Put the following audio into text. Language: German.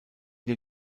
den